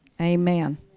Amen